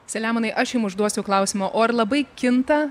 selemonai aš jum užduosiu klausimą o ar labai kinta